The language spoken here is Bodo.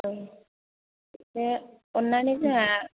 औ दे अननानै जोंहा